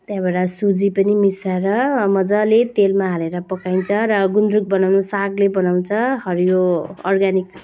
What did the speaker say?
त्यहाँबाट सुजी पनि मिसाएर मजाले तेलमा हालेर पकाइन्छ र गुन्द्रुक बनाउनु सागले बनाउँछ हरियो अर्ग्यानिक